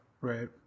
Right